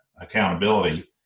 accountability